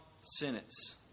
sentence